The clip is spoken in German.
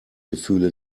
gefühle